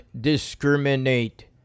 discriminate